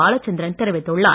பாலச்சந்திரன் தெரிவித்துள்ளார்